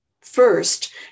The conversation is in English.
first